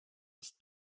ist